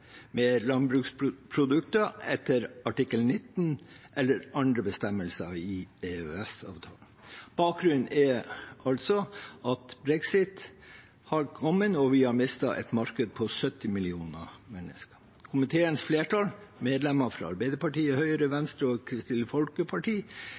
med landbruksprodukter etter artikkel 19 eller andre bestemmelser i EØS-avtalen.» Bakgrunnen er altså at brexit har kommet og vi har mistet et marked på 70 millioner mennesker. Komiteens flertall, medlemmer fra Arbeiderpartiet, Høyre,